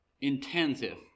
Intensive